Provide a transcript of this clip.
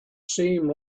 seem